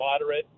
moderate